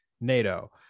NATO